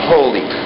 Holy